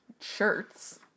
shirts